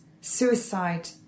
Suicide